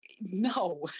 no